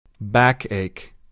Backache